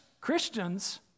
Christians